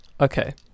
Okay